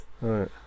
right